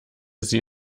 sie